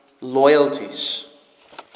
loyalties